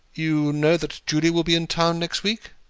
you know that julie will be in town next week?